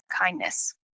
kindness